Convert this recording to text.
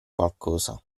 qualcosa